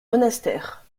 monastères